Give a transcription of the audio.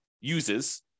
uses